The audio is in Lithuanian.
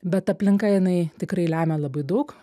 bet aplinka jinai tikrai lemia labai daug